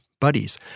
buddies